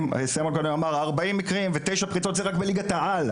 נאמר שארבעים מקרים ותשע תפיסות זה רק בליגת העל.